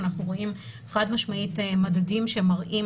אנחנו רואים חד משמעילת מדדים שמראים